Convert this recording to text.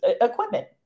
equipment